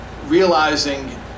Realizing